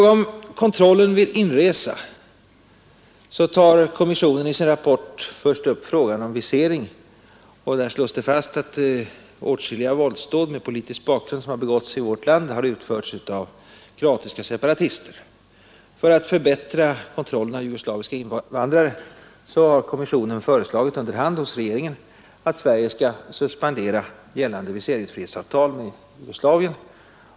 a om kontrollen vid inresa tar kommissionen i sin rapport först upp frågan om visering. Det slås fast att åtskilliga våldsdåd med politisk bakgrund, som har begåtts i vårt land, utförts av kroatiska separatister. För att förbättra kontrollen av jugoslaviska invandrare har kommissionen under hand hemställt hos regeringen att Sverige skall suspendera gällande viseringsfrihetsavtal med Jugoslavien.